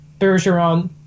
Bergeron